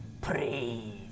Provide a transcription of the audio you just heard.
Praise